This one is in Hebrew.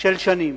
של שנים,